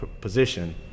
position